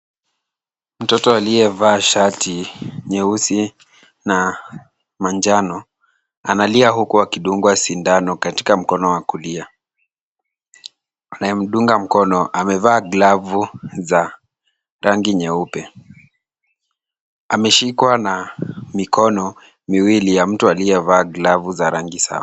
Mtoto aliyevaa shati nyeusi na manjano, analia huku akidungwa sindano katika mkono wa kulia. Anayemdunga mkono, amevaa glavu za rangi nyeupe. Ameshikwa na mikono miwili ya mtu aliyevaa glavu za rangi sawa .